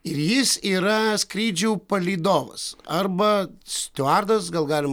ir jis yra skrydžių palydovas arba stiuardas gal galim